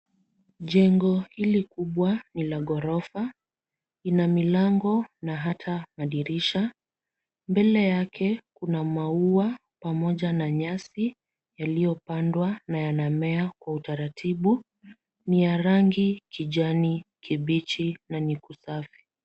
Jengo hili kubwa ni la ghorofa, lina milango na hata madirisha, mbele yake kuna maua pamoja na nyasi yaliyopandwa na yanamea kwa utaratibu, ni ya rangi kijani kibichi na ni kusafi.